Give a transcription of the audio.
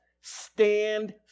Stand